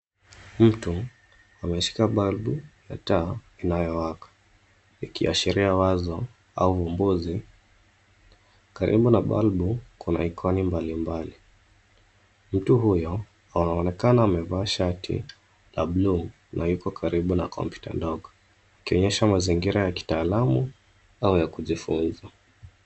Mtu ameshika balbu ya taa inayowaka ikiashiria wazo au uombozi. Karibu na balbu kuna ikoni mbalimbali. Mtu huyo anaonekana amevaa shati la buluu na yuko karibu na kompyuta ndogo akionyesha mazingira ya kitaalamu au ya kujifunza.